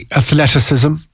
athleticism